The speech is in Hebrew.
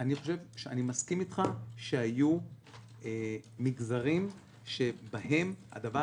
אני מסכים אתך שהיו מגזרים שבהם הדבר